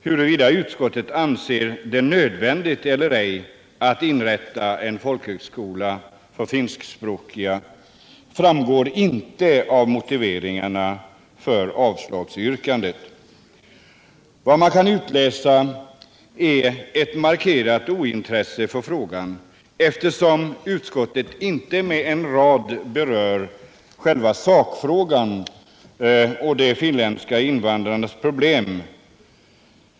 Huruvida utskottet anser det nödvändigt eller ej att inrätta en folkhögskola för finskspråkiga framgår inte av motiveringarna för avslagsyrkandet. Vad man kan utläsa är ett markant ointresse för frågan, eftersom utskottet inte med en rad berör sakfrågan och de finländska invandrarnas problem.